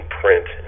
print